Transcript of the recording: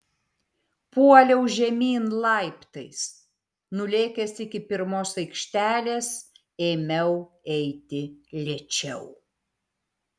puoliau žemyn laiptais nulėkęs iki pirmos aikštelės ėmiau eiti lėčiau